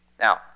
Now